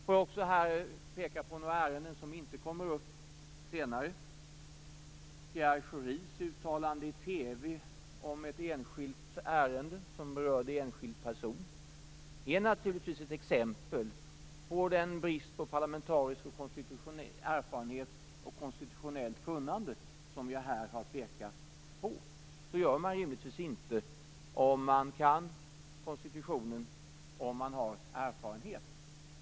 Får jag också peka på några ärenden som inte kommer upp senare. Pierre Schoris uttalande i TV om ett enskilt ärende som berörde en enskild person är naturligtvis ett exempel på den brist på parlamentarisk erfarenhet och konstitutionellt kunnande som jag här har pekat på. Så gör man rimligtvis inte om man kan konstitutionen och om man har erfarenhet.